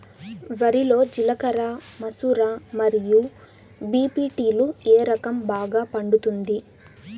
వరి లో జిలకర మసూర మరియు బీ.పీ.టీ లు ఏ రకం బాగా పండుతుంది